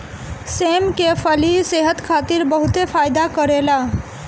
सेम के फली सेहत खातिर बहुते फायदा करेला